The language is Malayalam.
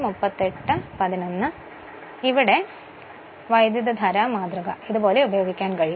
അതിനാൽ ഇതിന്റെ വൈദ്യുതധാരാ മാതൃക ഇതുപോലെ ഉപയോഗിക്കാൻ കഴിയും